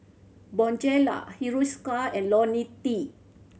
Bonjela Hiruscar and Ionil T